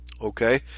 Okay